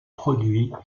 produits